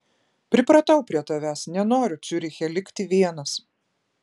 pripratau prie tavęs nenoriu ciuriche likti vienas